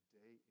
day